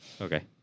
Okay